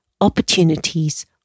opportunities